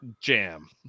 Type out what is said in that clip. Jam